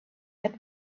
had